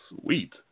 sweet